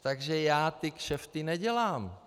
Takže já ty kšefty nedělám.